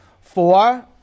Four